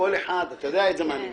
אתה יודע מה אני מתכוון,